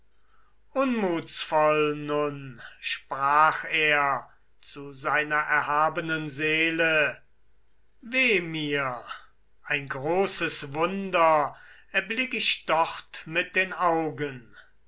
und sprach zu seiner erhabenen seele weh mir ein großes wunder erblick ich dort mit den augen